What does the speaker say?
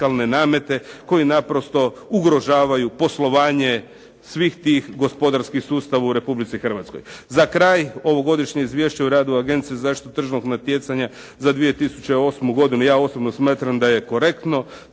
koji naprosto ugrožavaju poslovanje svih tih gospodarskih sustava u Republici Hrvatskoj. Za kraj, ovogodišnje Izvješće o radu Agencije za zaštitu tržnog natjecanja za 2008. godinu ja osobno smatram da je korektno,